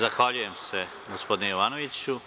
Zahvaljujem, se gospodine Jovanoviću.